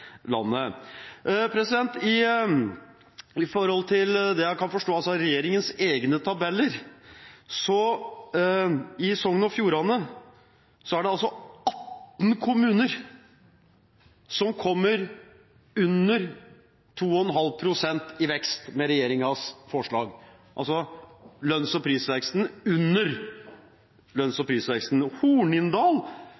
landet. Ut fra hva jeg kan forstå av regjeringens egne tabeller, er det altså i Sogn og Fjordane 18 kommuner som kommer under 2,5 pst. i vekst med regjeringens forslag – altså under lønns- og prisveksten.